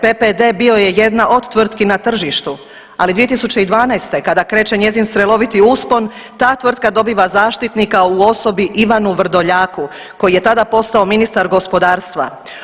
PPD bio je jedna od tvrtki na tržištu, ali 2012. kada kreće njezin strelovit uspon ta tvrtka dobiva zaštitnika u osobi Ivanu Vrdoljaku koji je tada postao ministar gospodarstva.